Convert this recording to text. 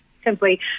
simply